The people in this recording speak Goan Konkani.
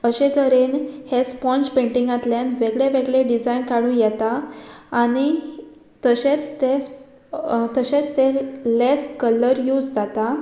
अशे तरेन हे स्पोंज पेंटिंगांतल्यान वेगळे वेगळे डिजायन काडूं येता आनी तशेंच तें तशेंच ते लेस कलर यूज जाता